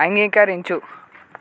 అంగీకరించు